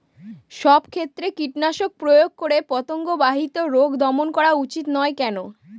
সব ক্ষেত্রে কীটনাশক প্রয়োগ করে পতঙ্গ বাহিত রোগ দমন করা উচিৎ নয় কেন?